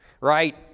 right